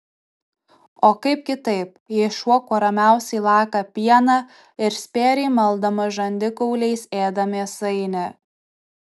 o kaip kitaip jei šuo kuo ramiausiai laka pieną ir spėriai maldamas žandikauliais ėda mėsainį